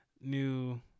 new